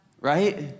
right